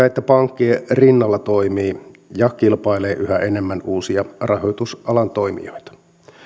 että pankkien rinnalla toimii ja kilpailee yhä enemmän uusia rahoitusalan toimijoita